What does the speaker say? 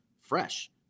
fresh